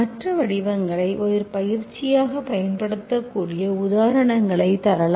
மற்ற வடிவங்களை ஒரு பயிற்சியாகப் பயன்படுத்தக்கூடிய உதாரணங்களை தரலாம்